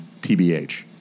TBH